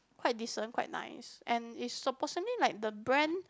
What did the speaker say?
quite decent quite nice and is supposingly like the brand